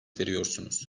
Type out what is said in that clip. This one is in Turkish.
veriyorsunuz